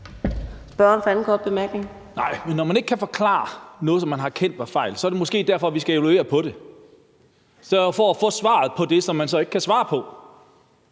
Boje Mathiesen (UFG): Nej, men når man ikke kan forklare noget, som man har erkendt var en fejl, så er det måske en grund til, at vi skal evaluere på det. Så for at få svaret på det, som man så ikke kan svare på,